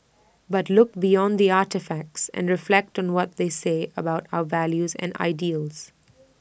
but look beyond the artefacts and reflect on what they say about our values and ideals